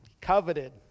coveted